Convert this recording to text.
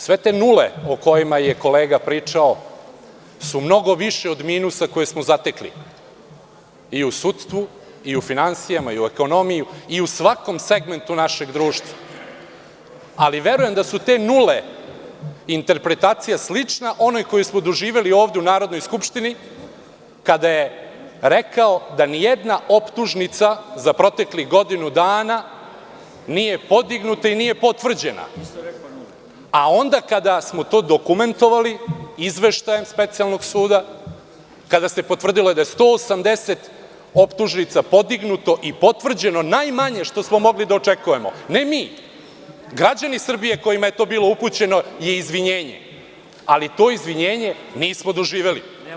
Sve te nule, o kojima je kolega pričao, su mnogo više od minusa koji smo zatekli i u sudstvu, i u finansijama, i u ekonomiji i u svakom segmentu našeg društva, ali verujem da su te nule interpretacija slična onoj koju smo doživeli ovde u Narodnoj skupštini, kada je rekao da nijedna optužnica za proteklih godinu dana nije podignuta i nije potvrđena, a onda kada smo to dokumentovali izveštajem specijalnog suda, kada se potvrdilo da je 180 optužnica podignuto i potvrđeno najmanje što smo mogli da očekujemo, ne mi, građani Srbije kojima je to bilo upućeno je izvinjenje, ali to izvinjenje nismo doživeli.